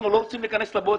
אנחנו לא רוצים להיכנס לבוץ.